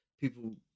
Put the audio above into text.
people